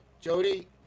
Jody